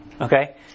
Okay